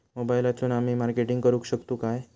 मोबाईलातसून आमी मार्केटिंग करूक शकतू काय?